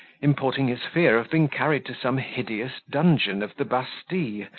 importing his fear of being carried to some hideous dungeon of the bastille,